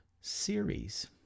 series